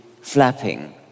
flapping